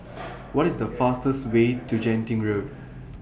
What IS The fastest Way to Genting Road